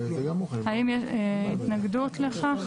האם יש התנגדות לכך?